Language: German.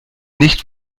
nicht